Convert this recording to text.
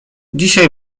dzisiaj